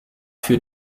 für